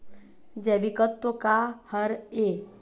जैविकतत्व का हर ए?